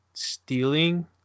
stealing